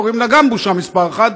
קוראים לה גם בושה מספר אחת,